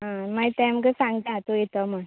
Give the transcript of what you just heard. आं मागीर तेंका सांगता तूं येतो म्हण